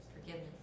Forgiveness